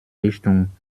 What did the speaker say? richtung